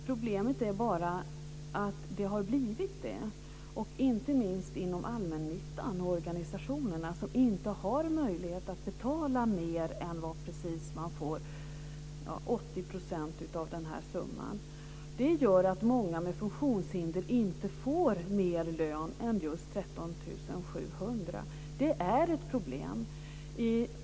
Problemet är bara att det har blivit det, inte minst inom allmännyttan och inom organisationerna som inte har möjlighet att betala mer än precis det som de får, 80 % av denna summa. Det gör att många med funktionshinder inte får mer lön än just 13 700 kr. Det är ett problem.